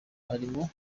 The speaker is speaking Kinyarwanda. harimo